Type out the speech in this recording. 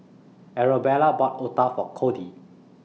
Arabella bought Otah For Cody